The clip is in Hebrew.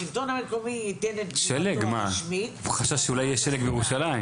הוא חשב שאולי יהיה שלג בירושלים.